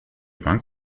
bank